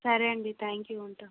సరే అండి thank you ఉంటా